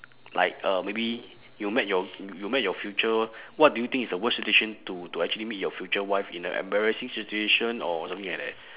like uh maybe you met your you met your future what do you think is the worst situation to to actually meet your future wife in a embarrassing situation or something like that